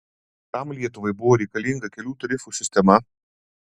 kam lietuvai buvo reikalinga kelių tarifų sistema